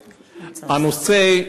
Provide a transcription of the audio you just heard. הנושא,